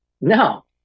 No